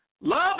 Love